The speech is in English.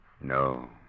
No